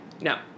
No